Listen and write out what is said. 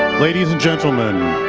ladies and gentlemen,